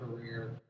career